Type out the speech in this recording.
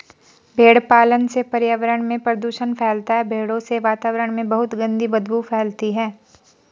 भेड़ पालन से पर्यावरण में प्रदूषण फैलता है भेड़ों से वातावरण में बहुत गंदी बदबू फैलती है